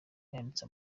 yanditse